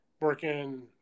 working